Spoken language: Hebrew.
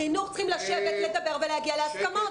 החינוך צריכים לשבת לדבר ולהגיע להסכמות.